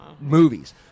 movies